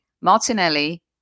Martinelli